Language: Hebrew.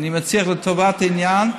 אני מציע לך, לטובת העניין,